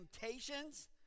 temptations